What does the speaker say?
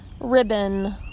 Ribbon